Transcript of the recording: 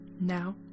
Now